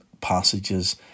passages